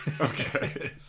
Okay